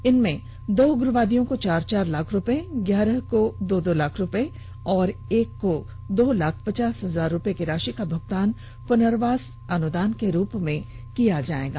इनमें दो उग्रवादियों को चार चार लाख रुपए ग्यारह उग्रवादियों को दो दो लाख रुपए और एक उग्रवादी को दो लाख पचास हजार रुपए की राशि का भुगतान पुनर्वास अनुदान के रुप में किया जाएगा